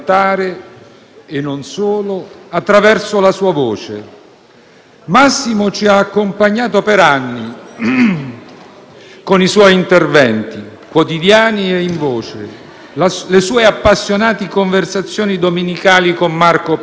Massimo ci ha accompagnato per anni con i suoi interventi sui quotidiani e in voce, le sue appassionati conversazioni domenicali con Marco Pannella, la sua inconfondibile rassegna stampa.